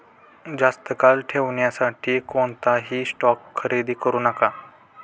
जास्त काळ ठेवण्यासाठी कोणताही स्टॉक खरेदी करू नका